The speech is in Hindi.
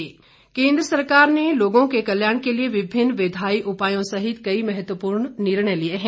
ट्रांसजेंडर अधिनियम केंद्र सरकार ने लोगों के कल्याण के लिए विभिन्न विधायी उपायों सहित कई महत्वपूर्ण निर्णय लिए हैं